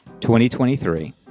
2023